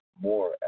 MORE